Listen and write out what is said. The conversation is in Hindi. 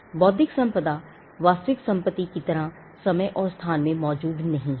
बौद्धिक संपदा वास्तविक संपत्ति की तरह समय और स्थान में मौजूद नहीं है